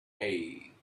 hey